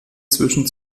zwischen